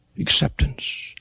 acceptance